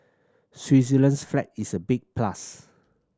Switzerland's flag is a big plus